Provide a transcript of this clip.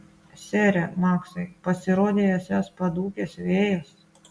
sere maksai pasirodei esąs padūkęs vėjas